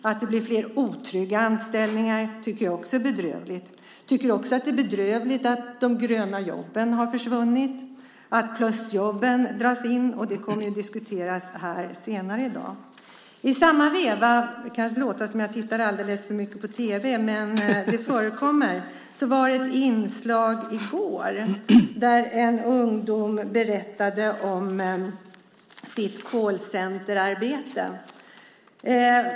Att det blir fler otrygga anställningar tycker jag också är bedrövligt. Jag tycker också att det är bedrövligt att de gröna jobben har försvunnit och att plusjobben dras in, vilket kommer att diskuteras här senare i dag. Det kan låta som att jag tittar alldeles för mycket på tv, men det förekommer. Det var ett inslag i går där en ungdom berättade om sitt callcenterarbete.